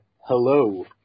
hello